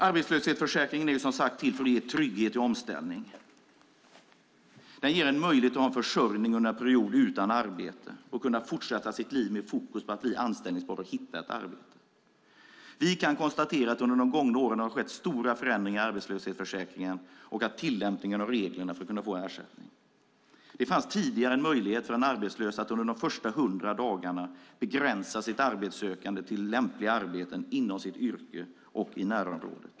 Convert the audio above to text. Arbetslöshetsförsäkringen är, som sagt, till för att ge trygghet vid omställning. Den ger en möjlighet till försörjning under en period utan arbete och en möjlighet att fortsätta sitt liv med fokus på att bli anställningsbar och hitta ett arbete. Vi kan konstatera att det under de gångna åren har skett stora förändringar i arbetslöshetsförsäkringen och i tillämpningen av reglerna för att man ska kunna få ersättning. Det fanns tidigare en möjlighet för den arbetslöse att under de första 100 dagarna begränsa sitt arbetssökande till lämpliga arbeten inom sitt yrke och i närområdet.